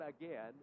again